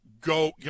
go